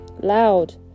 Loud